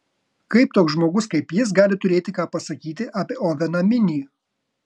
kaip toks žmogus kaip jis gali turėti ką pasakyti apie oveną minį